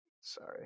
sorry